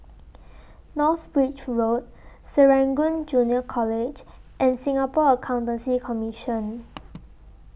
North Bridge Road Serangoon Junior College and Singapore Accountancy Commission